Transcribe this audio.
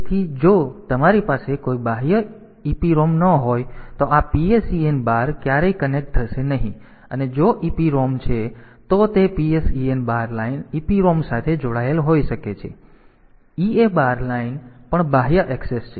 તેથી જો તમારી પાસે કોઈ બાહ્ય EPROM ન હોય તો આ PSEN બાર ક્યારેય કનેક્ટ થશે નહીં અને જો EPROM છે તો તે PSEN બાર લાઇન EPROM સાથે જોડાયેલ હોઈ શકે છે અને આ EA બાર લાઇન પણ બાહ્ય ઍક્સેસ છે